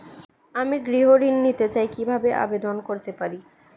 আমি গৃহ ঋণ নিতে চাই কিভাবে আবেদন করতে পারি?